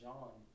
John